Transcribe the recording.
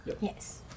Yes